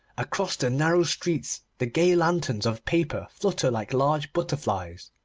across the narrow streets the gay lanterns of paper flutter like large butterflies.